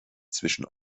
zwischen